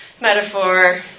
metaphor